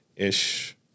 Ish